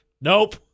Nope